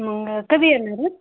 मग कधी येणार आहेत